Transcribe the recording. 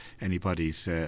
anybody's